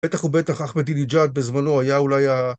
בטח ובטח אחמדינג'אד בזמנו, הוא היה אולי ה...